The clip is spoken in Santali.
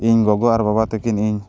ᱤᱧ ᱜᱚᱜᱚ ᱟᱨ ᱵᱟᱵᱟ ᱛᱟᱹᱠᱤᱱ ᱤᱧ